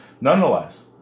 Nonetheless